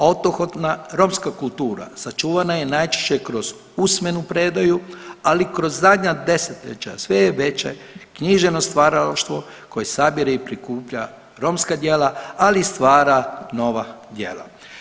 Autohotna romska kultura sačuvana je najčešće kroz usmenu predaju, ali kroz zadnja desetljeća sve je veća književno stvaralaštvo koje sabire i prikuplja romska djela, ali i stvara nova djela.